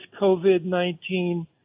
COVID-19